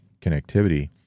connectivity